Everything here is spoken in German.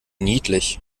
niedlich